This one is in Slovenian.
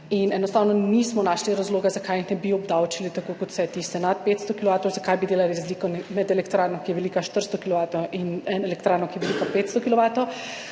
in enostavno nismo našli razloga, zakaj jih ne bi obdavčili tako, kot vse tiste nad 500 kilovatov. Zakaj bi delali razliko med elektrarno, ki je velika 400 kilovatov, in elektrarno, ki je velika 500